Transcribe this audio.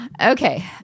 Okay